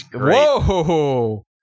Whoa